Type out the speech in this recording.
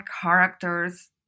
characters